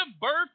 birth